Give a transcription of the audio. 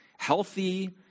Healthy